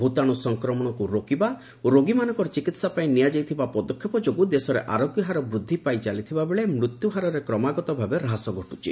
ଭୂତାଣୁ ସଂକ୍ରମଣକୁ ରୋକିବା ଓ ରୋଗୀମାନଙ୍କର ଚିକିତ୍ସା ପାଇଁ ନିଆଯାଇଥିବା ପଦକ୍ଷେପ ଯୋଗୁଁ ଦେଶରେ ଆରୋଗ୍ୟହାର ବୃଦ୍ଧି ପାଇଚାଲିଥିବା ବେଳେ ମୃତ୍ୟୁ ହାରରେ କ୍ରମାଗତ ଭାବେ ହ୍ରାସ ଘଟୁଛି